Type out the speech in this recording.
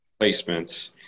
placements